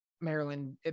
Maryland